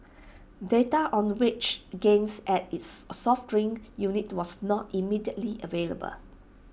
data on the wage gains at its soft drink unit was not immediately available